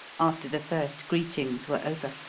after the first greetings were over.